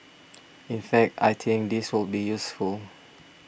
in fact I think this will be useful